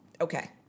Okay